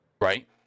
Right